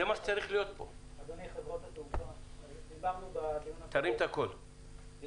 אמרתי בדיון הקודם לפרוטוקול שאין